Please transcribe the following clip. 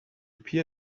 peer